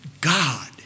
God